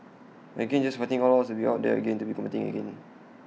again just fighting all odds to be out there again to be competing again